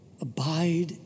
abide